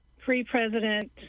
pre-president